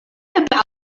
about